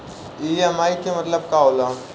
EMI के मतलब का होला?